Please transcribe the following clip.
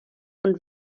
und